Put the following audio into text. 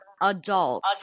adult